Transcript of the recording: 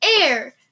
Air